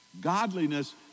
Godliness